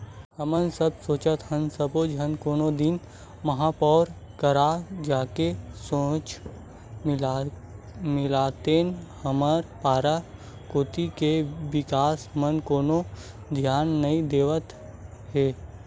हमन सब सोचत हन सब्बो झन कोनो दिन महापौर करा जाके सोझ मिलतेन हमर पारा कोती के बिकास म कोनो धियाने नइ देवत हे